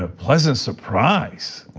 ah presence surprise.